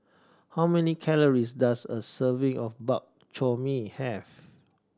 how many calories does a serving of Bak Chor Mee have